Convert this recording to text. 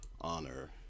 honor